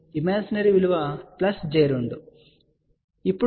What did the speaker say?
కాబట్టి ఇమాజినరి విలువ j 2 అని మీరు ఇక్కడ చూడవచ్చు